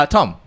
Tom